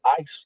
ice